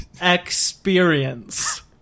experience